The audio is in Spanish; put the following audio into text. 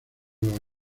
nueva